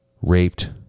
raped